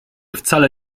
wcale